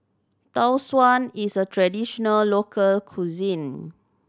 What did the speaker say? Tau Suan is a traditional local cuisine